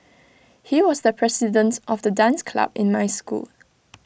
he was the president of the dance club in my school